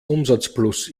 umsatzplus